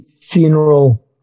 funeral